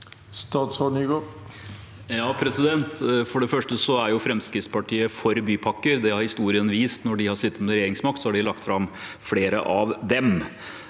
Statsråd Jon-Ivar Nygård For det første er Fremskrittspartiet for bypakker. Det har historien vist. Når de har sittet med regjeringsmakt, har de lagt fram flere av dem.